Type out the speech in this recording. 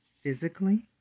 physically